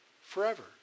forever